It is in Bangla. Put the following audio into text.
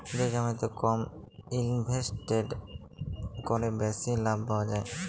যে জমিতে কম ইলভেসেট ক্যরে বেশি লাভ পাউয়া যায়